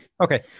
Okay